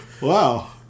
Wow